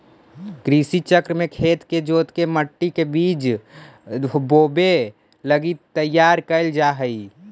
कृषि चक्र में खेत के जोतके मट्टी के बीज बोवे लगी तैयार कैल जा हइ